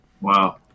Wow